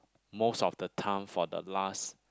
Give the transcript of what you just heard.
most of the time for the last